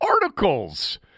articles